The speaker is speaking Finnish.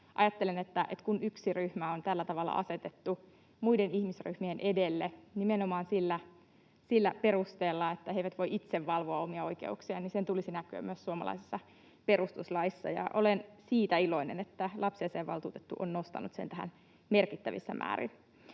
ajattelen, että kun yksi ryhmä on tällä tavalla asetettu muiden ihmisryhmien edelle nimenomaan sillä perusteella, että he eivät voi itse valvoa omia oikeuksiaan, niin sen tulisi näkyä myös suomalaisessa perustuslaissa, ja olen siitä iloinen, että lapsiasiainvaltuutettu on nostanut sen tähän merkittävissä määrin.